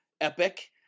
epic